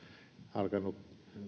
alkanut